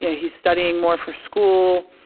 yeah he's studying more for school.